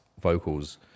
vocals